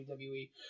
WWE